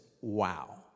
wow